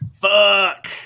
Fuck